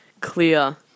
clear